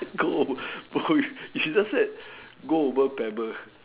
go over she just said go over paper